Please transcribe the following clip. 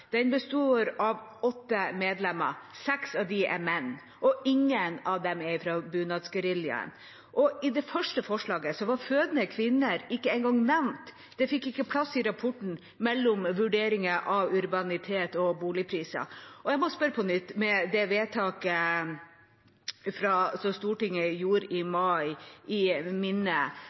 av åtte medlemmer. Seks av dem er menn – og ingen av dem er fra bunadsgeriljaen. I det første forslaget var fødende kvinner ikke engang nevnt, det fikk ikke plass mellom vurderinger av urbanitet og boligpriser i rapporten. Jeg må spørre på nytt. Med det vedtaket som Stortinget gjorde i mai, om at det ikke skulle være flere nedleggelser, i